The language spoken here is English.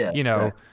you know,